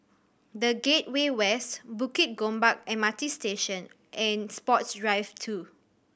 The Gateway West Bukit Gombak M R T Station and Sports Drive Two